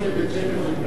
מבית-שמש.